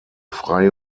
freie